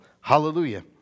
Hallelujah